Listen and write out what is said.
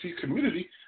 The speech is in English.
community